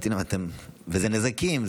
וזה נזקים,